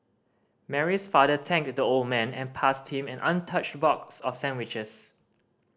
Mary's father thanked the old man and passed him an untouched box of sandwiches